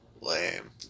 Lame